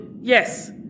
Yes